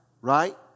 Right